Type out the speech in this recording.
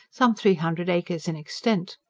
some three hundred acres in extent.